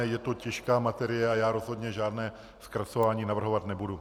Je to těžká materie a já rozhodně žádné zkracování navrhovat nebudu.